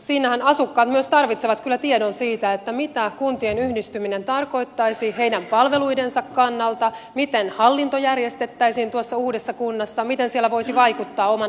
siinähän asukkaat myös tarvitsevat kyllä tiedon siitä mitä kuntien yhdistyminen tarkoittaisi heidän palveluidensa kannalta miten hallinto järjestettäisiin tuossa uudessa kunnassa miten siellä voisi vaikuttaa oman asuinalueensa asioihin